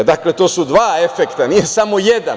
Dakle, to su dva efekta, nije samo jedan.